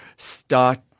start